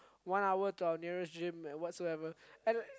one hour to our nearest gym and whatsoever